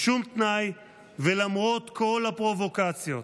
בשום תנאי ולמרות כל הפרובוקציות.